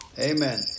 Amen